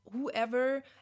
whoever